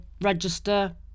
register